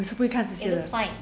我也是不会看这些的